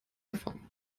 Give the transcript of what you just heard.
davon